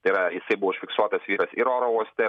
tai yra jisai buvo užfiksuotas vyras ir oro uoste